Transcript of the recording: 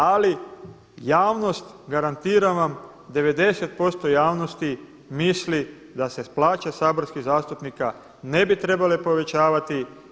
Ali javnost garantiram vam 90% javnosti misli da se plaće saborskih zastupnika ne bi trebale povećavati.